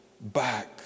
Back